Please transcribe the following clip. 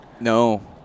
No